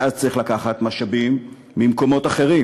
ואז צריך לקחת משאבים ממקומות אחרים,